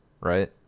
Right